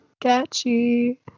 catchy